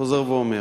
אני חוזר ואומר,